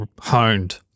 honed